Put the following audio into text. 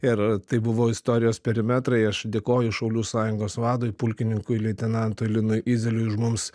ir tai buvo istorijos perimetrai aš dėkoju šaulių sąjungos vadui pulkininkui leitenantui linui izeliui už mums